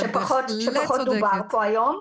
שפחות דובר פה היום.